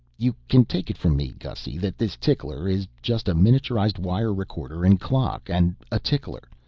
you can take it from me, gussy, that this tickler is just a miniaturized wire recorder and clock. and a tickler.